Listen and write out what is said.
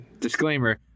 disclaimer